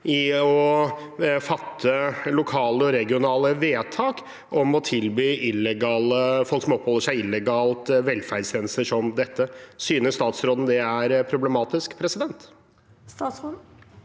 å fatte lokale og regionale vedtak om å tilby folk som oppholder seg illegalt i Norge, velferdstjenester som dette. Synes statsråden det er problematisk? Statsråd